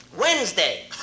Wednesday